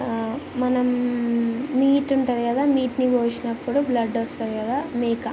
మనం మీట్ ఉంటుంది కదా మీట్ని కోసినప్పుడు బ్లడ్ వస్తుంది కదా మేక